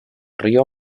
río